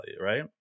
right